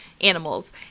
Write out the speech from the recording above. animals